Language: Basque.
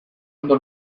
ondo